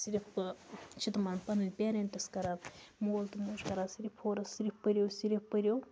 صرف چھِ تِمَن پَنٕنۍ پیرَنٹس کَران مول تہٕ موج کَران صرف فورٕس صرف پٔرِو صرف پٔرِو صرف پٔرِو